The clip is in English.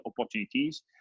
opportunities